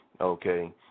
Okay